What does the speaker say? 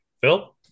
Phil